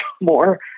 more